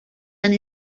and